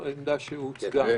כן.